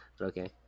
Okay